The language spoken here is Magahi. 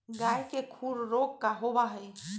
गाय के खुर रोग का होबा हई?